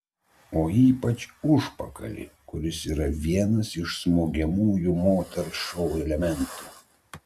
o ypač užpakalį kuris yra vienas iš smogiamųjų moters šou elementų